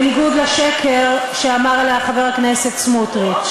בניגוד לשקר שאמר עליה חבר הכנסת סמוּטריץ.